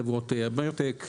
חברות ביוטק,